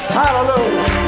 hallelujah